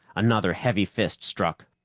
another heavy fist struck.